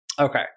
Okay